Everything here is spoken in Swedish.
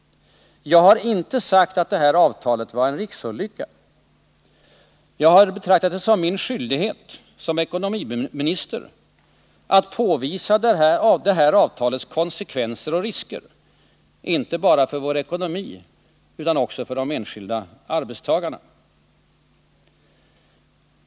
Jag har inte sagt att avtalet var en ”riksolycka”. Men jag har betraktat det som min skyldighet som ekonomiminister att påvisa avtalets konsekvenser och risker, inte bara för vår ekonomi utan också för de enskilda arbetstagarna.